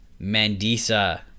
Mandisa